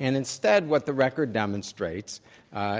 and instead what the record demonstrates